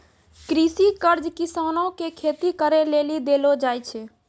कृषि कर्ज किसानो के खेती करे लेली देलो जाय छै